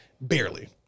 Barely